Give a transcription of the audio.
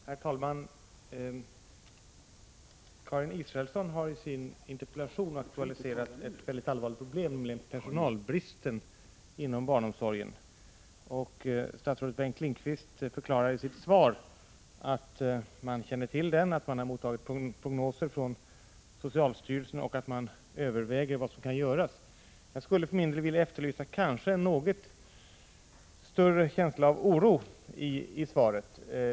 Herr talman! Karin Israelsson har i sin interpellation aktualiserat ett mycket allvarligt problem. Det gäller alltså personalbristen inom barnomsorgen. Statsrådet Bengt Lindqvist förklarar i sitt svar att man känner till problemet, att man har fått prognoser från socialstyrelsen och att man överväger vad som kan göras. Jag för min del efterlyser nog en något större oro än vad som kommer till uttryck i svaret.